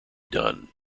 done